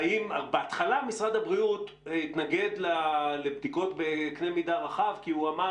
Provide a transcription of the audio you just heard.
בהתחלה משרד הבריאות התנגד לבדיקות בקנה מידה רחב כי הוא אמר